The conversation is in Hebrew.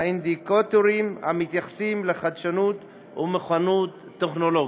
באינדיקטורים המתייחסים לחדשנות ומוכנות טכנולוגית.